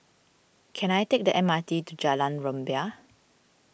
can I take the M R T to Jalan Rumbia